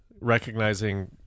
recognizing